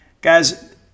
Guys